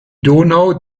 donau